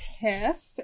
Tiff